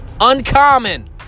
Uncommon